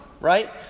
right